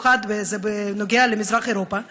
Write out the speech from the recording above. זה נוגע במיוחד למדינות במזרח אירופה,